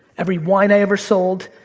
every wine i ever sold,